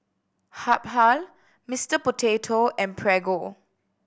Habhal Mister Potato and Prego